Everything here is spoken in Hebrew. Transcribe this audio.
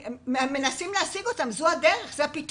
מנסים להשיג אותם, זה הדרך.